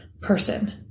person